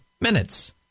minutes